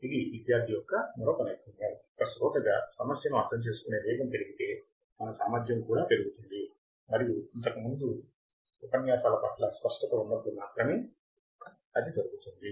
ఇది విద్యార్థి యొక్క మరొక నైపుణ్యం ఒక శ్రోతగా సమస్యను అర్థం చేసుకునే వేగం పెరిగితే మన సామర్థ్యం కూడా పెరుగుతుంది మరియు అంతకుముందు ఉపన్యాసాల పట్ల స్పష్టత ఉన్నప్పుడు మాత్రమే అది జరుగుతుంది